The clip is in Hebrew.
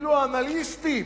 אפילו האנליסטים